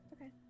okay